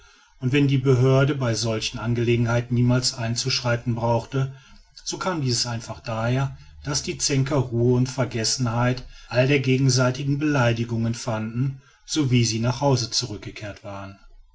und wenn die behörde bei solchen angelegenheiten niemals einzuschreiten brauchte so kam dies einfach daher daß die zänker ruhe und vergessenheit all der gegenseitigen beleidigungen fanden sowie sie nach hause zurückgekehrt waren